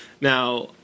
Now